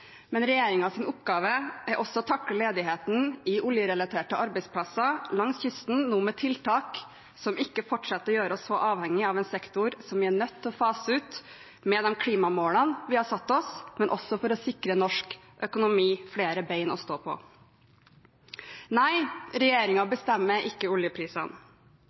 men regjeringens oppgave er også å takle ledigheten i oljerelaterte arbeidsplasser langs kysten med tiltak som ikke fortsetter å gjøre oss så avhengig av en sektor som vi er nødt til å fase ut, med de klimamålene vi har satt oss, og også for å sikre norsk økonomi flere bein å stå på. Nei, regjeringen bestemmer ikke oljeprisene,